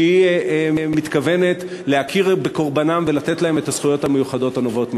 שהיא מתכוונת להכיר בקורבנם ולתת להם את הזכויות המיוחדות הנובעות ממנו.